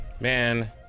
Man